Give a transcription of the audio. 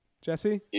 Jesse